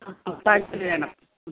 അപ്പോള് പാഴ്സല് വേണം